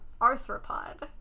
arthropod